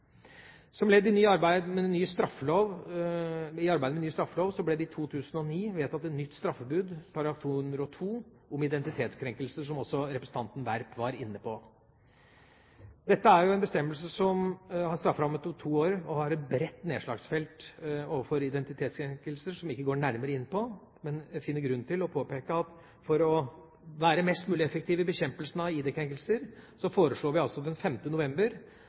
Som ledd i arbeidet med ny straffelov ble det i 2009 vedtatt et nytt straffebud, § 202, om identitetskrenkelse, som også representanten Werp var inne på. Dette er en bestemmelse som har en strafferamme på to år, og har et bredt nedslagsfelt overfor identitetskrenkelser. Jeg skal ikke gå nærmere inn på det, men jeg finner grunn til å påpeke at for å være mest mulig effektiv i bekjempelsen av ID-krenkelser foreslo vi den 5. november